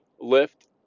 lift